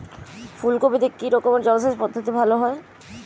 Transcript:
ফুলকপিতে কি রকমের জলসেচ পদ্ধতি ভালো হয়?